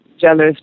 jealous